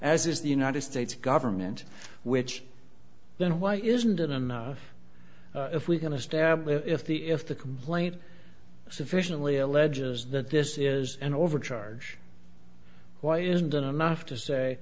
as is the united states government which then why isn't it and if we can establish if the if the complaint sufficiently alleges that this is an overcharge why isn't it enough to say